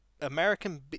American